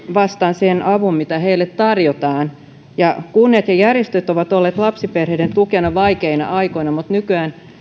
vastaan sen avun mitä heille tarjotaan kunnat ja järjestöt ovat olleet lapsiperheiden tukena vaikeina aikoina mutta nykyään